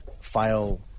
file